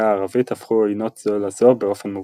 הערבית הפכו עוינות זו לזו באופן מובהק.